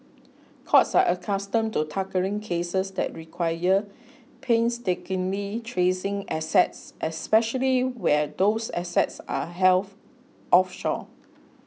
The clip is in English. courts are accustomed to tackling cases that require painstakingly tracing assets especially where those assets are elf offshore